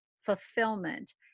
fulfillment